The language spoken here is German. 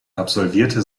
absolvierte